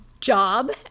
job